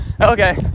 Okay